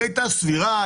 היא הייתה סבירה,